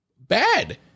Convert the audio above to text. bad